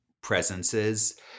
presences